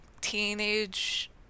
teenage